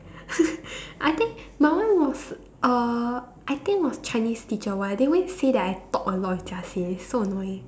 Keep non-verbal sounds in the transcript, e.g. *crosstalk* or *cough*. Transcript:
*laughs* I think my one was uh I think was Chinese teacher !wah! they always say that I talk a lot with Jia Xin so annoying